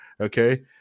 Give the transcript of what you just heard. Okay